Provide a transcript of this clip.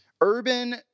urban